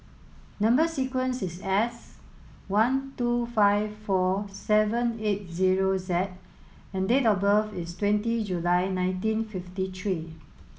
number sequence is S one two five four seven eight zero Z and date of birth is twenty July nineteen fifty three